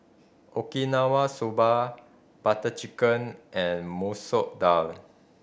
Okinawa Soba Butter Chicken and Masoor Dal